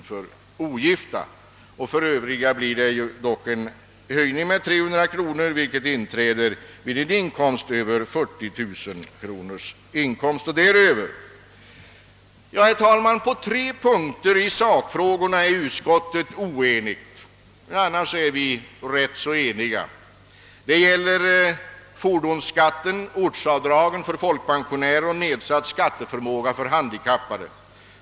För övriga blir det en skattehöjning med 300 kronor, vilken inträder vid inkomster över 40 000 kronor. Herr talman! På tre punkter i sakfrågorna är utskottet oenigt — annars är vi ju rätt så eniga. Det gäller fordonsskatten, ortsavdraget för folkpensionärer och nedsatt skatteförmåga för handikappade.